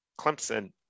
Clemson